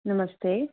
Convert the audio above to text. नमस्ते